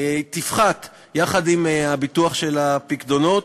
תפחת עם הביטוח של הפיקדונות.